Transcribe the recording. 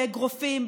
באגרופים,